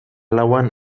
lauan